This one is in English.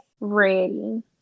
Ready